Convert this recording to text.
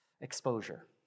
exposure